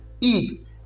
eat